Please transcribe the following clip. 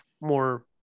more